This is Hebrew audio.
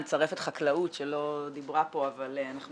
נצרף את חקלאות שלא דיברו פה אבל אנחנו